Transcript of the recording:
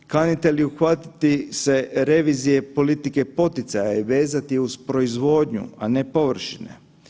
Kanite li uhvatiti se revizije politike poticaja i vezati je uz proizvodnju, a ne površine?